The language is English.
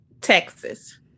texas